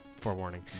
forewarning